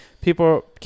people